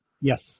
Yes